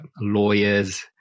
lawyers